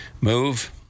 move